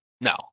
no